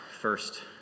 first